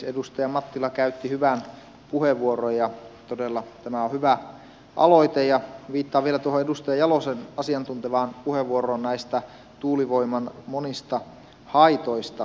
edustaja mattila käytti hyvän puheenvuoron ja todella tämä on hyvä aloite ja viittaan vielä tuohon edustaja jalosen asiantuntevaan puheenvuoroon näistä tuulivoiman monista haitoista